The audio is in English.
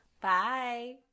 Bye